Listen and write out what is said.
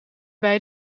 bij